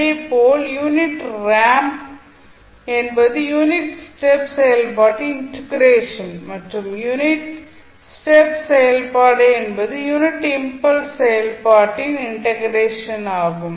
அதேபோல் unit ramp என்பது unit step செயல்பாட்டின் இன்டக்ரேஷன் மற்றும் யூனிட் ஸ்டெப் செயல்பாடு என்பது யூனிட் இம்பல்ஸ் செயல்பாட்டின் இன்டக்ரேஷன் ஆகும்